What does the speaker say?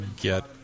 get